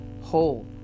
whole